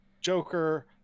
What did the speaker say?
Joker